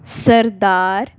ਸਰਦਾਰ